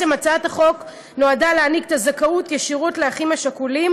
הצעת החוק נועדה להעניק את הזכאות ישירות לאחים השכולים,